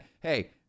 Hey